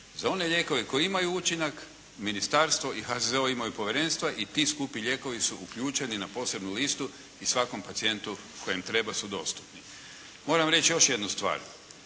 Za one lijekove koji imaju učinak, ministarstvo i HZZO imaju povjerenstva i ti skupi lijekovi su uključeni na posebnu listu i svakom pacijentu kojem treba su dostupni. Moram reći još jednu stvar.